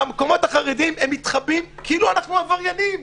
במקומות החרדיים הם מתחבאים כאילו אנחנו עבריינים.